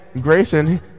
Grayson